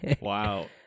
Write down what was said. Wow